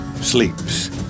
sleeps